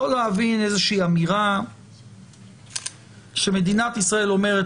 אני יכול להבין איזושהי אמירה שמדינת ישראל אומרת,